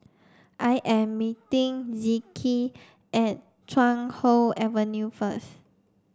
I am meeting Zeke at Chuan Hoe Avenue first